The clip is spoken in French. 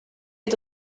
est